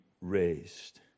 raised